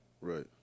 Right